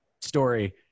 story